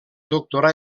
doctorà